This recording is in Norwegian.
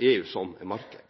EU som marked.